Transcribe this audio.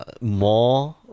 more